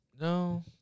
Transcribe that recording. No